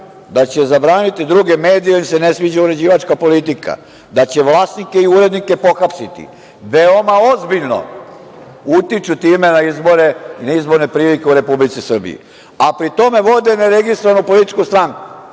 da će zabraniti druge medije, jer im se ne sviđa uređivačka politika, da će vlasnike i urednike pohapsiti, veoma ozbiljno utiču time na izbore, na izborne prilike u Republici Srbiji, a pri tome vode ne registrovanu političku stranku,